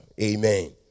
Amen